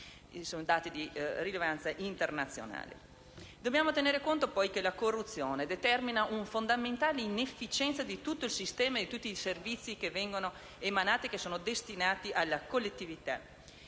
e hanno rilevanza internazionale. Dobbiamo tener conto, poi, che la corruzione determina una fondamentale inefficienza di tutto il sistema e di tutti i servizi emanati e destinati alla collettività.